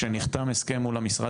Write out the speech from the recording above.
שנחתם הסכם מול המשרד,